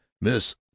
miss